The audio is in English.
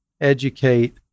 educate